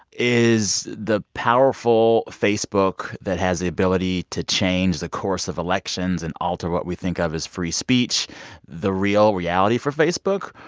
is the powerful facebook that has the ability to change the course of elections and alter what we think of as free speech the real reality for facebook?